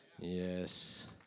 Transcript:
yes